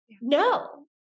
No